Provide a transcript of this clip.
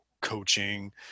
coaching